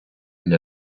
для